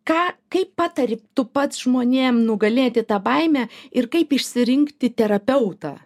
ką kaip patari tu pats žmonėm nugalėti tą baimę ir kaip išsirinkti terapeutą